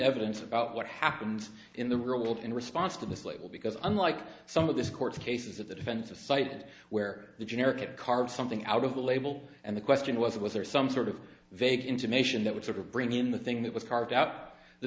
evidence about what happens in the real world in response to mislabel because unlike some of this court cases of the defense of cite where the generic card something out of a label and the question was was there some sort of vague intimation that would sort of bring in the thing that was car